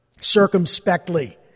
circumspectly